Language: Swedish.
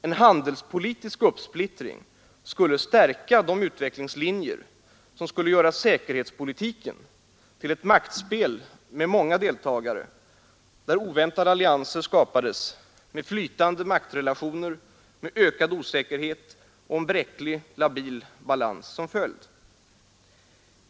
En handelspolitisk uppsplittring skulle stärka de utvecklingslinjer som skulle göra säkerhetspolitiken till ett maktspel med många deltagare, där oväntade allianser skapades, med flytande maktrelationer, med ökad osäkerhet och en bräcklig, labil balans som följd.